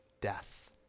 death